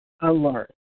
alert